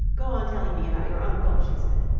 go on telling me about your uncle, she said.